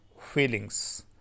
feelings